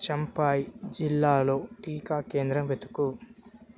చంపాయి జిల్లాలో టీకా కేంద్రం వెతుకు